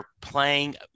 playing